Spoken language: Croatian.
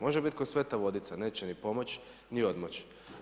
Može bit ko' sveta vodica neće ni pomoć, ni odmoć.